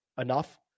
enough